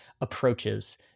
approaches